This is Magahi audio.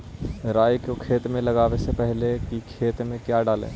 राई को खेत मे लगाबे से पहले कि खेत मे क्या डाले?